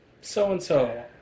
so-and-so